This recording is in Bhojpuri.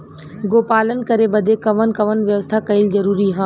गोपालन करे बदे कवन कवन व्यवस्था कइल जरूरी ह?